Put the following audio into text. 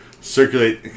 circulate